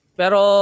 pero